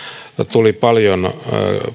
tuli paljon